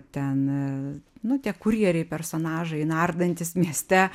ten nu tie kurjeriai personažai nardantys mieste